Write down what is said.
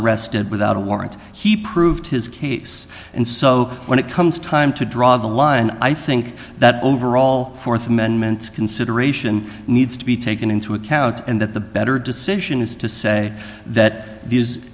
arrested without a warrant he proved his case and so when it comes time to draw the line i think that overall th amendment consideration needs to be taken into account and that the better decision is to say that these